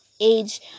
age